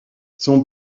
son